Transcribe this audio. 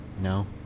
No